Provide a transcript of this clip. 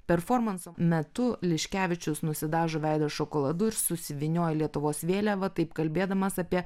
performanso metu liškevičius nusidažo veidą šokoladu ir susivynioja lietuvos vėliavą taip kalbėdamas apie